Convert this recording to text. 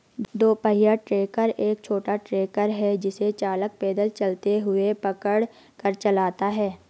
दो पहिया ट्रैक्टर एक छोटा ट्रैक्टर है जिसे चालक पैदल चलते हुए पकड़ कर चलाता है